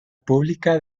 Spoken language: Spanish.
pública